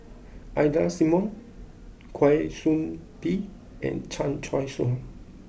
Ida Simmons Kwa Soon Bee and Chan Choy Siong